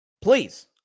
Please